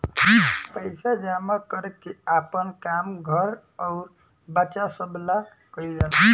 पइसा जमा कर के आपन काम, घर अउर बच्चा सभ ला कइल जाला